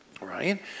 right